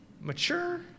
mature